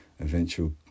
eventual